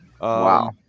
Wow